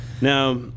Now